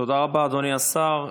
תודה רבה, אדוני השר.